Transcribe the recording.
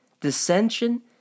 dissension